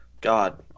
god